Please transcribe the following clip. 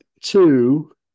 two